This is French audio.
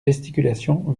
gesticulations